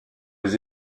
les